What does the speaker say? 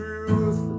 Truth